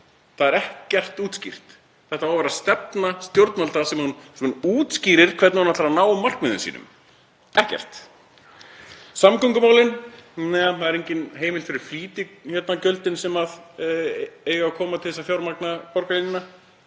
Það er ekkert útskýrt. Þetta á að vera stefna stjórnvalda þar sem hún útskýrir hvernig hún ætlar að ná markmiðum sínum. Ekkert. Samgöngumálin. Það er engin heimild fyrir flýtigjöldum sem eiga að koma til þess að fjármagna borgarlínuna.